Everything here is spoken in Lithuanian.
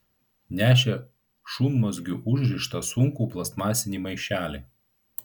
nešė šunmazgiu užrištą sunkų plastmasinį maišelį